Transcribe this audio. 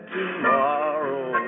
tomorrow